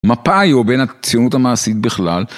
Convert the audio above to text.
מפא"י הוא בין הציונות המעשית בכלל.